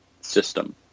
system